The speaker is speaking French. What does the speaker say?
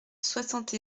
soixante